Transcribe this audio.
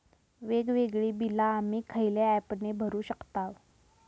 वेगवेगळी बिला आम्ही खयल्या ऍपने भरू शकताव?